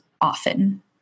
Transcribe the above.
often